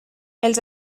els